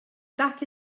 back